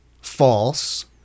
false